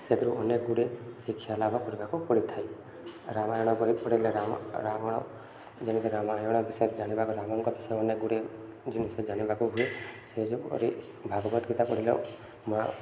ସେଥିରୁ ଅନେକ ଗୁଡ଼ିଏ ଶିକ୍ଷା ଲାଭ କରିବାକୁ ପଡ଼ିଥାଏ ରାମାୟଣ ବହି ପଢ଼ିଲେ ରାମ ରାମ ଯେମିତି ରାମଙ୍କ ବିଷୟରେ ଜାଣିବାକୁ ରାମଙ୍କ ବିଷୟରେ ଅନେକ ଗୁଡ଼ିଏ ଜିନିଷ ଜାଣିବାକୁ ହୁଏ ସେ ଯୋଗୁଁ ଭାଗବତଗୀତା ପଢ଼ିଲେ ମା'